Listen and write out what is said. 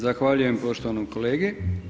Zahvaljujem poštovanom kolegi.